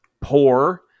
Poor